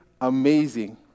amazing